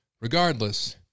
Regardless